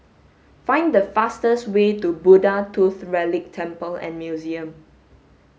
find the fastest way to Buddha Tooth Relic Temple and Museum